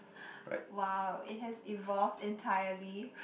!wow! it has evolved entirely